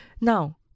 Now